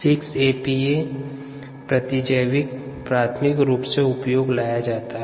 6 APA प्रतिजैविक प्राथमिक रूप से उपयोग में लाया जाता है